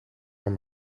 van